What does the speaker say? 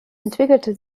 entwickelte